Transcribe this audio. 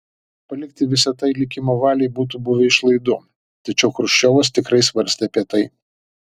palikti visa tai likimo valiai būtų buvę išlaidu tačiau chruščiovas tikrai svarstė apie tai